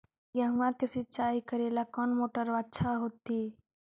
गेहुआ के सिंचाई करेला कौन मोटरबा अच्छा होतई?